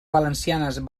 valencianes